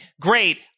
great